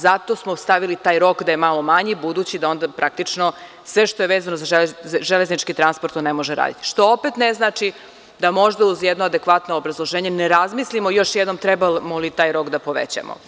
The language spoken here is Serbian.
Zato smo stavili rok da je malo manji, budući da onda praktično sve što je vezano za železnički transport ne može raditi, što opet ne znači da možda uz jedno adekvatno obrazloženje ne razmislimo još jednom trebamo li taj rok da povećamo.